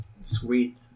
Sweet